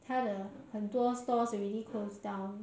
她的很多 stores already close down